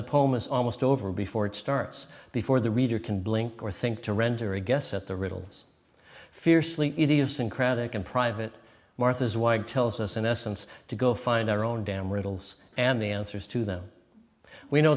is almost over before it starts before the reader can blink or think to render a guess at the riddles fiercely idiosyncratic and private martha's wired tells us in essence to go find their own damn riddles and the answers to them we know